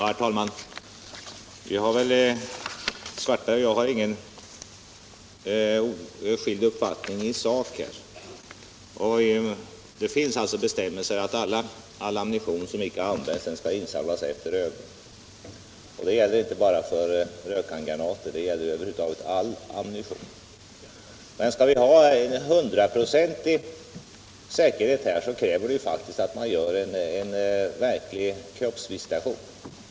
Herr talman! Herr Svartberg och jag har inga skilda uppfattningar i sak. Det finns alltså bestämmelser om att all ammunition som inte används skall insamlas efter övningarna. Det gäller inte bara för rökhandgranater, utan det gäller över huvud taget all ammunition. Men skall vi ha en hundraprocentig säkerhet härvidlag, så krävs det faktiskt att man gör en verklig kroppsvisitation.